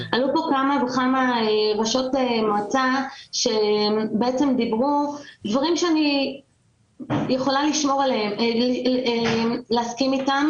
היו כאן כמה ראשות מועצה שאמרו דברים שאני יכולה להסכים איתם.